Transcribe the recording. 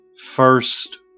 First